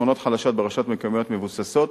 ולשכונות חלשות ברשויות מקומיות מבוססות.